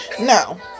No